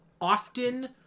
often